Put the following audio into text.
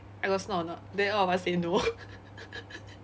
I got snore or not then all of us say no